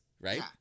right